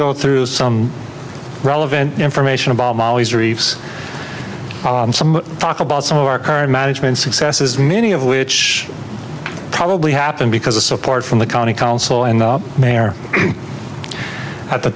go through some relevant information about molly's reefs some talk about some of our current management successes many of which probably happened because the support from the county council and the mayor at the